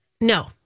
No